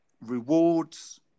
rewards